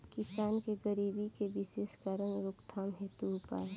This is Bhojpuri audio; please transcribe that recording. किसान के गरीबी के विशेष कारण रोकथाम हेतु उपाय?